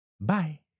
Bye